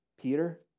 Peter